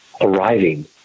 arriving